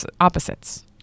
opposites